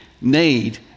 need